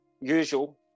usual